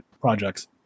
projects